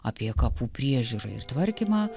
apie kapų priežiūrą ir tvarkymą